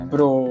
Bro